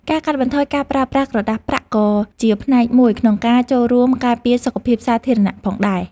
ការកាត់បន្ថយការប្រើប្រាស់ក្រដាសប្រាក់ក៏ជាផ្នែកមួយក្នុងការចូលរួមការពារសុខភាពសាធារណៈផងដែរ។